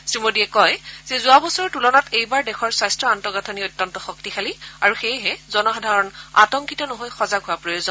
শ্ৰী মোডীয়ে কয় যে যোৱা বছৰৰ তুলনাত এইবাৰ দেশৰ স্বাস্থ্য আন্তঃগাঁথনি অত্যন্ত শক্তিশালী আৰু সেয়েহে জনসাধাৰণ আতংকিত নহয় সজাগ হোৱাৰ প্ৰয়োজন